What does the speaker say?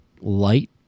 light